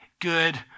good